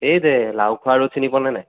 এই যে লাওখোৱা ৰ'ড চিনি পোৱা নে নাই